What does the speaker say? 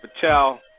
Patel